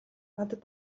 надад